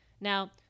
Now